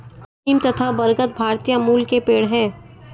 नीम तथा बरगद भारतीय मूल के पेड है